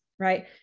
right